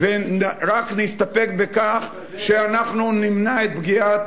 ורק נסתפק בכך שאנחנו נמנע את פגיעת